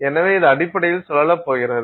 எனவே இது அடிப்படையில் சுழலப் போகிறது